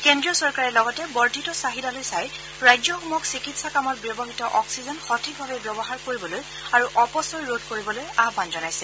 কেন্দ্ৰীয় চৰকাৰে লগতে বৰ্ধিত চাহিদালৈ চাই ৰাজ্যসমূহক চিকিৎসা কামত ব্যৱহাত অক্সিজেন সঠিকভাৱে ব্যৱহাৰ কৰিবলৈ আৰু অপচয় ৰোধ কৰিবলৈ আহান জনাইছে